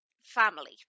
family